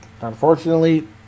unfortunately